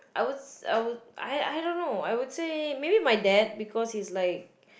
I would I would I I don't know I would say maybe my dad because he's like